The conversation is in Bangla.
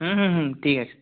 হুম হুম হুম ঠিক আছে